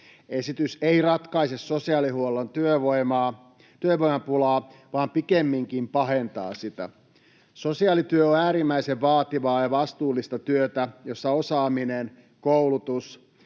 Esitys ei ratkaise sosiaalihuollon työvoimapulaa vaan pikemminkin pahentaa sitä. Sosiaalityö on äärimmäisen vaativaa ja vastuullista työtä, jossa osaaminen, koulutus